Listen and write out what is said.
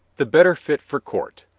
the better fit for court.